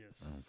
Yes